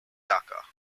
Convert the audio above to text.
dakar